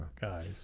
guys